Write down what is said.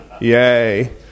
Yay